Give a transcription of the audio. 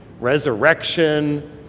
resurrection